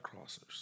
crossers